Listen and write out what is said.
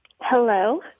Hello